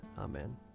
Amen